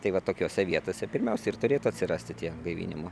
tai va tokiose vietose pirmiausia ir turėtų atsirasti tie gaivinimo